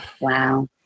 wow